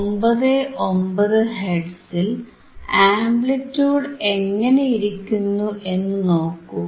99 ഹെർട്സിൽ ആംപ്ലിറ്റിയൂഡ് എങ്ങനെയിരിക്കുന്നു എന്നു നോക്കൂ